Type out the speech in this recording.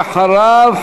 ואחריו,